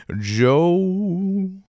Joe